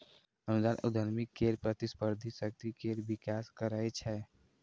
अनुदान उद्यमी केर प्रतिस्पर्धी शक्ति केर विकास करै छै